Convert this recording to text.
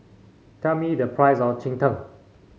tell me the price of Cheng Tng